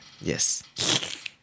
Yes